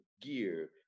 gear